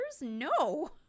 No